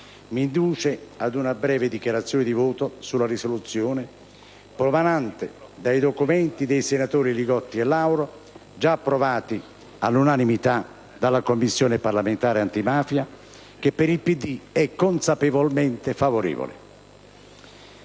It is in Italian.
mi induce a svolgere una breve dichiarazione di voto sulla risoluzione promanante dai documenti dei senatori Li Gotti e Lauro, già approvati all'unanimità dalla Commissione parlamentare antimafia, che per il Partito Democratico è consapevolmente favorevole.